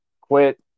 Quit